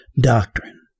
doctrine